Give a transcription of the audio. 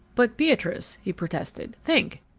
but, beatrice, he protested, think!